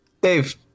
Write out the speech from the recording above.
Dave